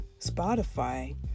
Spotify